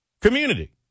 community